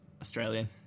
Australian